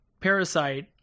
Parasite